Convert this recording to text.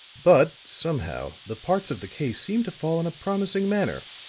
but, somehow, the parts of the case seem to fall in a promising manner.